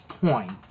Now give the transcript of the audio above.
point